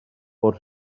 bod